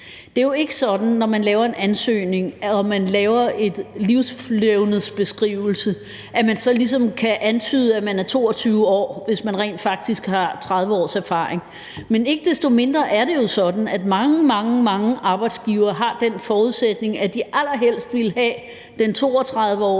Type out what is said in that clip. Det er jo ikke sådan, at man, når man laver en ansøgning med en levnedsbeskrivelse, ligesom kan antyde, at man er 22 år, hvis man rent faktisk har 30 års erfaring. Men ikke desto mindre er det jo sådan, at mange, mange arbejdsgivere har den forforståelse, at de allerhelst vil have en på 32 år